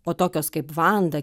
o tokios kaip vanda